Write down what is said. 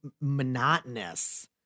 monotonous